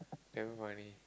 damn funny